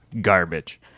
garbage